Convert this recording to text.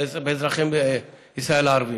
באזרחי ישראל הערבים.